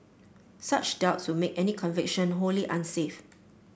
such doubts would make any conviction wholly unsafe